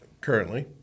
Currently